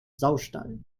saustall